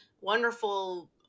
wonderful